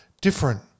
different